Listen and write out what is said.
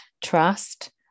trust